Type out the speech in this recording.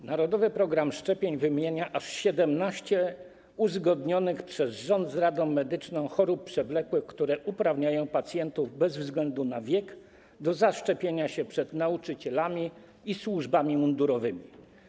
W narodowym programie szczepień wymieniono aż 17 uzgodnionych przez rząd z radą medyczną chorób przewlekłych, które uprawniają pacjentów bez względu na wiek do zaszczepienia się przed nauczycielami i służbami mundurowymi.